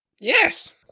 Yes